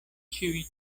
ĉiuj